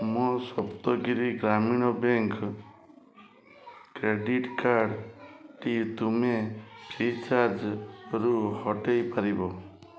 ମୋ Saptagiri Grameen bank credit card ଟି ତୁମେ ଫ୍ରି'ଚାର୍ଜ୍ରୁ ହଟେଇ ପାରିବ